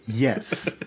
Yes